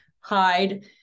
hide